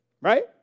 right